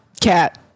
cat